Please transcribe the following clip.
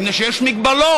מפני שיש מגבלות.